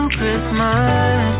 Christmas